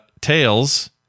tails